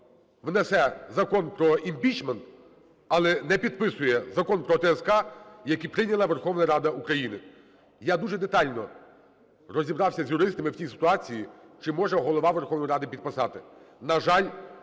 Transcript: що внесе Закон про імпічмент, але не підписує Закон про ТСК, який прийняла Верховна Рада України. Я дуже детально розібрався з юристами в цій ситуації, чи може Голова Верховної Ради підписати.